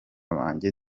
banjye